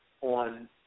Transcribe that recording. on